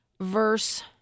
verse